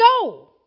go